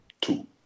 two